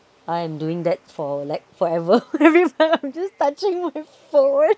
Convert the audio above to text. I am doing that for like forever with I'm just touching my phone